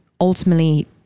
ultimately